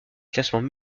classements